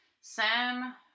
Sam